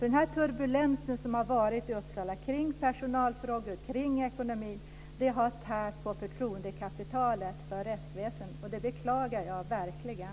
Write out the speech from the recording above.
Den turbulens som det har varit i Uppsala kring personalfrågor och ekonomi har tärt på förtroendekapitalet för rättsväsendet. Det beklagar jag verkligen.